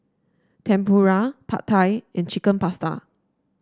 Tempura Pad Thai and Chicken Pasta